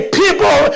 people